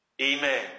Amen